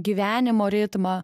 gyvenimo ritmą